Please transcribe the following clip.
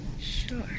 sure